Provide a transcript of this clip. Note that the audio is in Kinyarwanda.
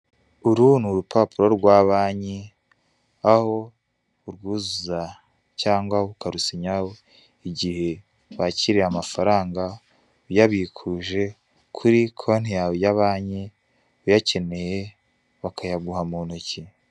Uru ni urupapuro rwa banki aho urwuzuza cyangwa ukarusinyaho igihe wakiriye amafaranga uyabikuje kuri konti yawe banki, uyakeneye bakayaguha mu ntoki.